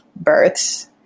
births